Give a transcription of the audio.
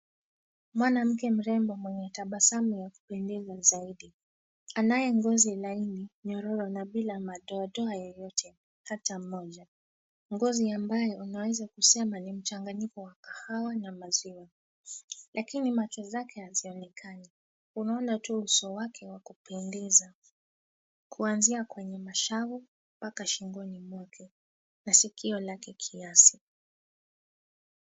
Mwanamke mrembo mwenye tabasamu ya kupendeza zaidi. Anaye ngozi laini, nyororo na bila madoadoa yeyote hata moja. Ngozi ambayo unaweza kusema ni mchanganyiko wa kahawa na maziwa. Lakini macho zake hazionekani, unaona tu uso wake wa kupendeza, kuanzia kwenye mashavu mpaka shingoni mwake na sikio lake kiasi.